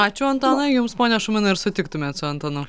ačiū antanai jums pone šumanai ir sutiktumėt su antanu